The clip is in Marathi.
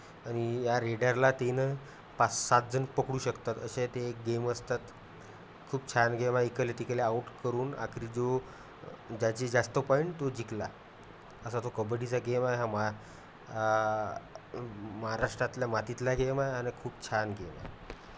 आणि या रेडरला तीन पाच सात जण पकडू शकतात असे ते गेम असतात खूप छान गेम आहे इकडले तिकडले आऊट करून आखरी जो ज्याची जास्त पॉईंट तो जिंकला असा तो कबड्डीचा गेम आहे हा मा महाराष्ट्रातल्या मातीतला गेम आहे आणि खूप छान गेम आहे